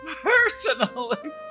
personal